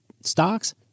stocks